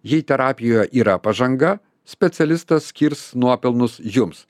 jei terapijoje yra pažanga specialistas skirs nuopelnus jums